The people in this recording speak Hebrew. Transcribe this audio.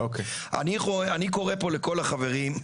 אני קורא פה לכל החברים,